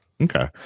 Okay